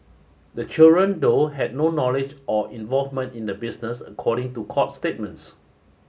the children though had no knowledge or involvement in the business according to court statements